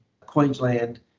Queensland